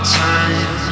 time